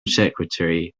secretary